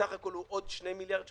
בסך הכול הוא עוד 2 מיליארד שקלים,